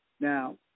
Now